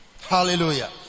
Hallelujah